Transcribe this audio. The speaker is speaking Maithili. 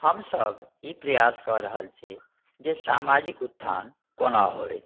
हमसभ ई प्रयास कऽ रहल छी जे सामाजिक उत्थान कोना होइ